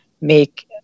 make